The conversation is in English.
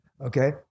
Okay